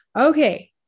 Okay